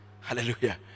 Hallelujah